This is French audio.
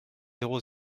zéro